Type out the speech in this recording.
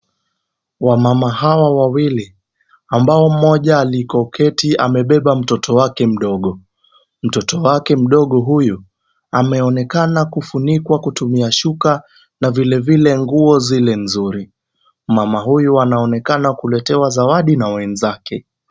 Wamama hawa wawili ambao mmoja alikoketi amebeba mtoto wake mdogo. Mtoto wake mdogo huyu ameonekana kufunikwa kutumia shuka vilevile nguo zile nzuri. Mama huyu anaonekana kuletewa zawadi na wenzake.